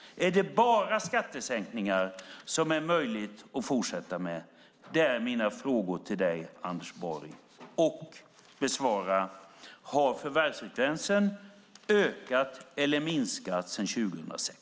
Är det bara skattesänkningar som är möjligt att fortsätta med? Det är mina frågor till dig Anders Borg. Besvara också: Har förvärvsfrekvensen ökat eller minskat sedan 2006?